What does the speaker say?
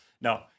No